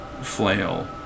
flail